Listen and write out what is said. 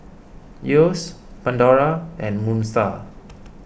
Yeo's Pandora and Moon Star